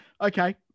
Okay